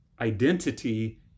identity